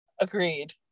agreed